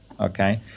Okay